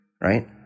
Right